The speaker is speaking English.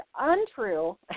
untrue